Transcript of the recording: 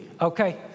okay